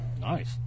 nice